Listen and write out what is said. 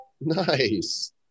nice